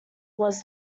was